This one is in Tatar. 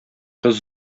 кыз